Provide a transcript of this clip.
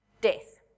Death